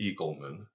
Eagleman